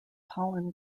pollen